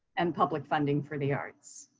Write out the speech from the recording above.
and public funding for the arts.